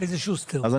ואם